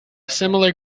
similar